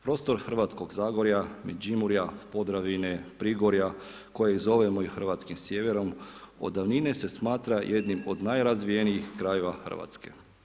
Prostor Hrvatskog zagorja, Međimurja, Podravine, Prigorja, koji zovemo i hrvatskim sjeverom, od davnine se smatra jednim od najrazvijenijih krajeva Hrvatske.